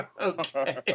Okay